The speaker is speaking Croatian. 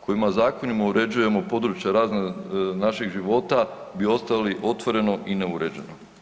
kojima zakonom uređujemo područje naših života bi ostali otvoreno i neuređeno.